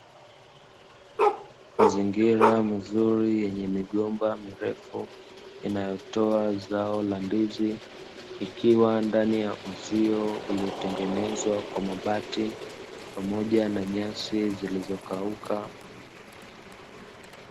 Mazingira mazuri yenye migomba mirefu inayotoa zao la ndizi, ikiwa ndani ya uzio uliotengenezwa kwa mabati pamoja na nyasi zilizokauka.